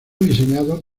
diseñado